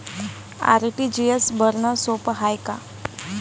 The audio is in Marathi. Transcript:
आर.टी.जी.एस भरनं सोप हाय का?